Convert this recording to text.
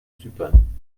zypern